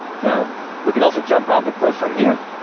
now, we can also jump off the cliff from here.